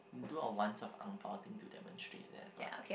do our oneself ang-bao thing to demonstrate that what